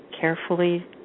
carefully